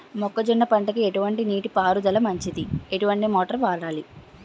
మొక్కజొన్న పంటకు ఎటువంటి నీటి పారుదల మంచిది? ఎటువంటి మోటార్ వాడాలి?